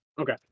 Okay